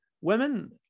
women